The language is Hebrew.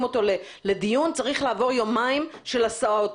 אותו לדיון צריך לעבור יומיים של הסעות,